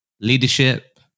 leadership